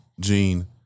Gene